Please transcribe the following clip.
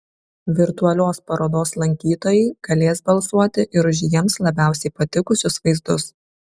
virtualios parodos lankytojai galės balsuoti ir už jiems labiausiai patikusius vaizdus